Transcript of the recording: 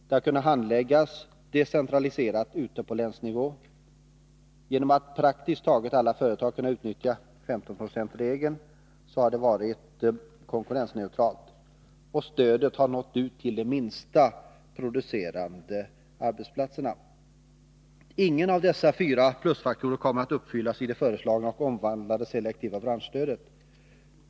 Det har kunnat decentraliseras och handläggas ute på länsnivå. Genom att praktiskt taget alla företag utnyttjat 15-procentsregeln fullt ut har det varit konkurrensneutralt. Det har nått ut till de minsta producerande arbetsplatserna. Ingen av dessa fyra plusfaktorer kommer att erhållas genom det omvandlade, selektiva branschstödet.